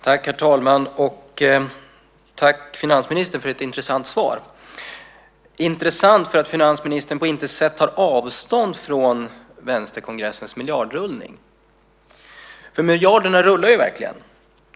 Herr talman! Tack, finansministern, för ett intressant svar. Det är intressant därför att finansministern på intet sätt tar avstånd från vänsterkongressens miljardrullning. För miljarderna rullar ju verkligen.